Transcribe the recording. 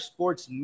Sports